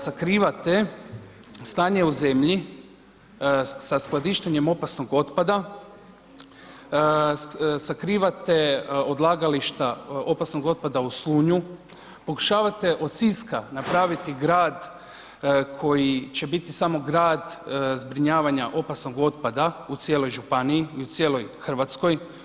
Sakrivate stanje u zemlji sa skladištenjem opasnog otpada, sakrivate odlagališta opasnog otpada u Slunju, pokušavate od Siska napraviti grad koji će biti samo grad zbrinjavanja opasnog otpada u cijeloj županiji i u cijeloj Hrvatskoj.